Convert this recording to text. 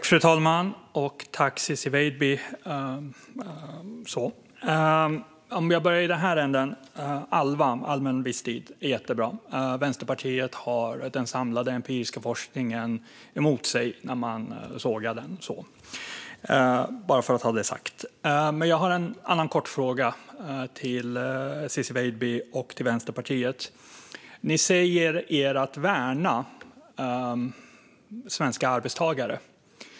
Fru talman! ALVA, allmän visstidsanställning, är jättebra. Vänsterpartiet har den samlade empiriska forskningen emot sig när man sågar detta. Detta vill jag bara ha sagt. Men jag har en kort fråga till Ciczie Weidby och Vänsterpartiet. Ni säger er värna svenska arbetstagare.